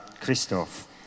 Christoph